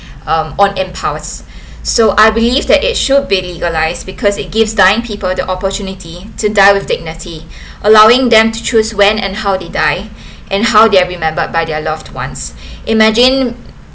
um on impulse so I believe that it should be legalized because it gives dying people the opportunity to die with dignity allowing them to choose when and how they die and how they are remembered by their loved ones imagine